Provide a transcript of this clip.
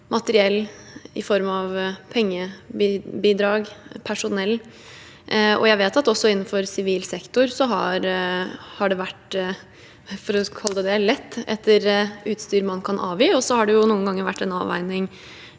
materiell, pengebidrag og personell. Jeg vet at det også innenfor sivil sektor har vært lett – for å kalle det det – etter utstyr man kan avgi, og så har det noen ganger vært en avveining